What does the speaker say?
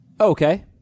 Okay